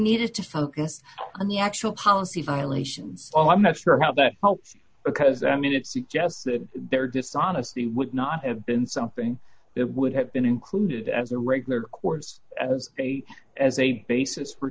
needed to focus on the actual policy violations oh i'm not sure how that helps because i mean it suggests that their dishonesty would not have been something that would have been included as a regular course of pay as a basis for